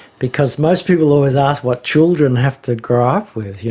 because most people always ask what children have to grow up with, you